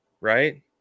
right